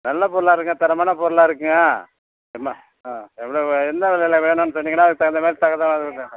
நல்ல பொருளாக இருக்குங்க தரமான பொருளாக இருக்குங்க எம்ம எவ்வளோவு என்ன விலைல வேணுன்னு சொன்னீங்கன்னா அதுக்குத் தகுந்த மாதிரி